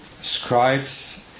scribes